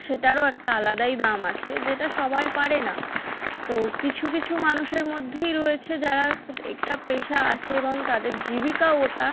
সেটারও একটা আলাদাই দাম আছে যেটা সবাই পারে না তো কিছু কিছু মানুষের মধ্যেই রয়েছে যারা একটা পেশা আছে এবং তাদের জীবিকাও ওটা